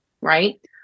right